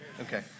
Okay